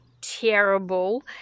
terrible